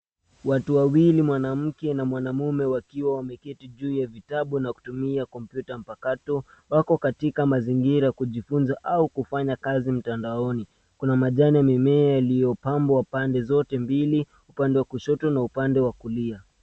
Watu wawili mwanmke na mwanamume wakiwa wameketi juu ya vitabu na kutumia kompyuta mpakato. Wako katika mazingira ya kujifunza au kufanya kazi mtandaoni. Kuna majani ya mimea iliyopambwa pande zote mbili, upande wa kushoto na upande wa kulia.